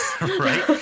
Right